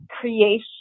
creation